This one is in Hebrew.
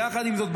יחד עם זאת,